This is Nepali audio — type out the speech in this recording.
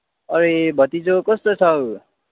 अरे भतिजो कस्तो छौ